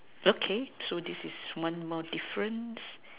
okay so this is one more difference